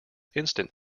instant